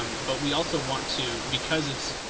but we also want to, because it's